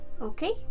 Okay